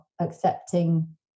accepting